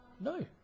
No